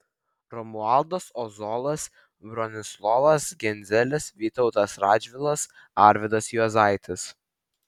romualdas ozolas bronislovas genzelis vytautas radžvilas arvydas juozaitis